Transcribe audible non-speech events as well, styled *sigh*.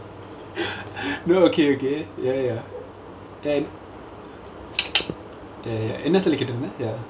*noise* no okay okay ya ya can ya ya என்ன சொல்லிக்கிட்ருந்த:enna sollikkittiruntha ya